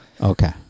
Okay